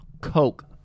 Coke